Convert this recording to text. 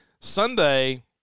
Sunday